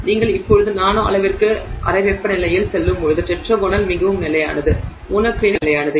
நீங்கள் இப்போது நானோ அளவிற்குச் அறை வெப்பநிலையில் செல்லும்போது டெட்ராகோனல் மிகவும் நிலையானது மோனோக்ளினிக் குறைவாக நிலையானது